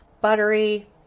buttery